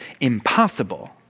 impossible